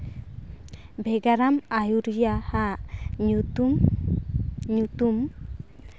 ᱵᱷᱮᱜᱟᱨᱟᱱ ᱟᱹᱭᱩᱨᱤᱭᱟᱹᱣᱟᱜ ᱧᱩᱛᱩᱢ ᱧᱩᱛᱩᱢ